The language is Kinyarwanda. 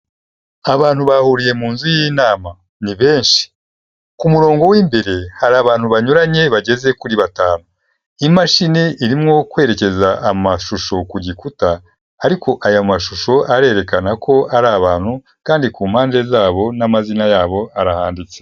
Abantu bahuriye mu nzu y'inama ni benshi, ku murongo w'imbere hari abantu banyuranye bageze kuri batanu. Imashini irimo kwerekeza amashusho ku gikuta ariko aya mashusho arerekana ko ari abantu kandi ku mpande z'abo n'amazina y'abo arahanditse.